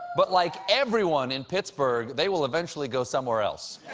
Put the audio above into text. but like everyone in pittsburgh, they will eventually go somewhere else.